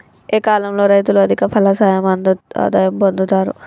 ఏ కాలం లో రైతులు అధిక ఫలసాయం ఆదాయం పొందుతరు?